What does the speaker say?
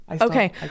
Okay